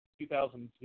2002